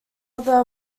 other